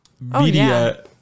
media